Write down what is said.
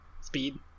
speed